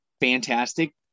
fantastic